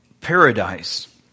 paradise